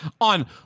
on